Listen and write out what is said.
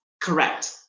Correct